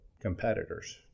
competitors